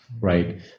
Right